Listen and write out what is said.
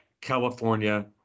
california